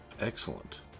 Excellent